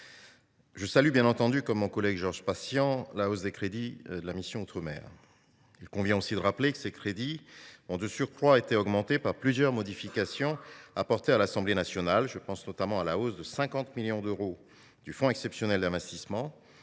je salue bien entendu, comme mon collègue Georges Patient, la hausse des crédits de la mission « Outre mer ». Il convient également de rappeler que ces crédits ont, de surcroît, été augmentés par plusieurs modifications apportées par l’Assemblée nationale. Je pense notamment à la hausse du fonds exceptionnel d’investissement